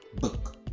book